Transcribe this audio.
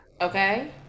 Okay